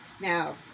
Now